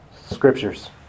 scriptures